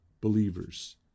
believers